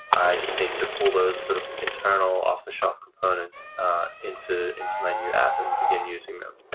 i just need to pull those sort of internal off-the-shelf components into into my new app and begin using them.